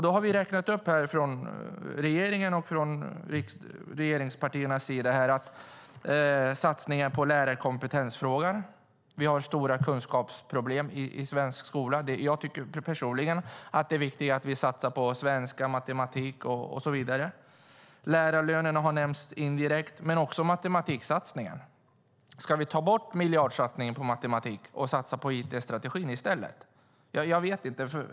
Då har vi från regeringens och regeringspartiernas sida räknat upp satsningar på lärarkompetensen. Vi har stora kunskapsproblem i svensk skola, och jag tycker personligen att det är viktigare att vi satsar på svenska, matematik och så vidare. Lärarlönerna har nämnts indirekt. Men vi har också matematiksatsningen. Ska vi ta bort miljardsatsningen på matematik och satsa på it-strategin i stället? Jag vet inte.